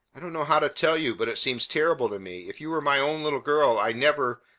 i don't know how to tell you, but it seems terrible to me. if you were my own little girl, i never,